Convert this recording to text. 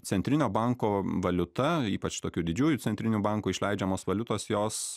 centrinio banko valiuta ypač tokių didžiųjų centrinių bankų išleidžiamos valiutos jos